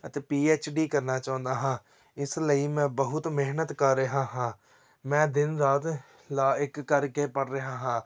ਅਤੇ P H D ਕਰਨਾ ਚਾਹੁੰਦਾ ਹਾਂ ਇਸ ਲਈ ਮੈਂ ਬਹੁਤ ਮਿਹਨਤ ਕਰ ਰਿਹਾ ਹਾਂ ਮੈਂ ਦਿਨ ਰਾਤ ਲਾ ਇੱਕ ਕਰਕੇ ਪੜ੍ਹ ਰਿਹਾ ਹਾਂ